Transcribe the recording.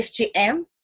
FGM